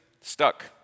stuck